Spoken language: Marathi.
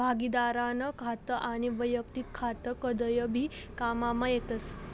भागिदारीनं खातं आनी वैयक्तिक खातं कदय भी काममा येतस